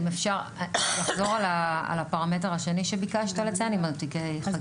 אם אפשר לחזור על הפרמטר השני שביקשת לציין עם תיקי החקירה,